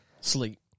Sleep